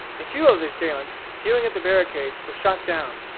a few of the assailants hewing at the barricades were shot down,